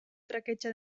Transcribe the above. traketsa